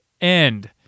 end